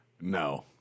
No